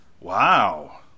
Wow